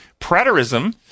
Preterism